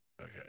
Okay